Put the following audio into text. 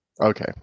Okay